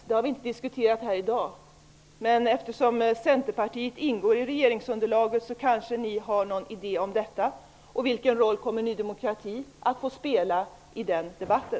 Det har vi inte diskuterat här i dag, men eftersom Centerpartiet ingår i regeringsunderlaget så kanske ni har någon idé om det. Vilken roll kommer Ny demokrati att få spela i den debatten?